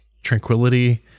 Tranquility